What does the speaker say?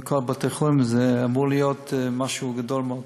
זה אמור להיות משהו גדול מאוד.